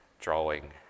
drawing